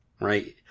right